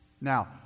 Now